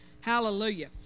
Hallelujah